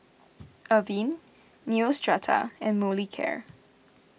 Avene Neostrata and Molicare